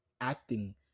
acting